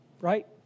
Right